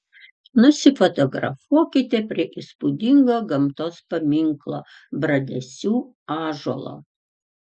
nusifotografuokite prie įspūdingo gamtos paminklo bradesių ąžuolo